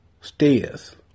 stairs